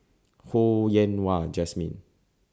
Ho Yen Wah Jesmine